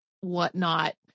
whatnot